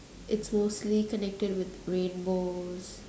it's mostly connected with rainbows